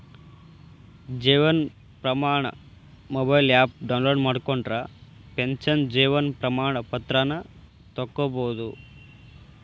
Jeevan Pramaan mobile app download ಮಾಡ್ಕೊಂಡ್ರ pension Jeevan Pramaan ಪತ್ರಾನ ತೊಕ್ಕೊಬೋದು